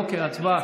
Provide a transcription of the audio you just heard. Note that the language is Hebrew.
אוקיי, הצבעה.